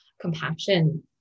compassion